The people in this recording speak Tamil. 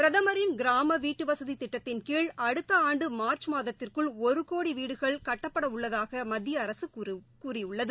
பிரதமரின் கிராம வீட்டுவசதி திட்டத்தின்கீழ் அடுத்த ஆண்டு மார்ச் மாதத்திற்குள் ஒரு கோடி வீடுகள் கட்டப்பட உள்ளதாக மத்திய அரசு கூறியுள்ளது